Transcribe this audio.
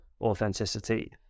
authenticity